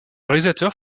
réalisateur